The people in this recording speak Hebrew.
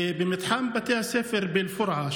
במתחם בתי הספר באל-פורעה,